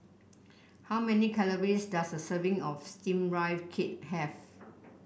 how many calories does a serving of steamed Rice Cake have